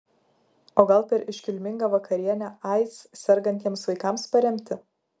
o gal per iškilmingą vakarienę aids sergantiems vaikams paremti